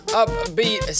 upbeat